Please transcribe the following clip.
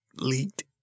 leaked